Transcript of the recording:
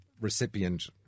recipient